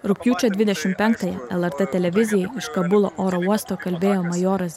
rugpjūčio dvidešim penktąją lrt televizijai iš kabulo oro uosto kalbėjo majoras